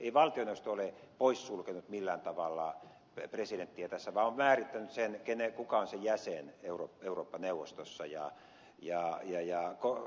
ei valtioneuvosto ole poissulkenut millään tavalla presidenttiä tässä vaan on määrittänyt sen kuka on se jäsen eurooppa neuvostossa